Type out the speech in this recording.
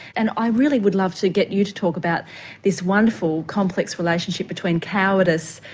and i really would love to get you to talk about this wonderful complex relationship between cowardness,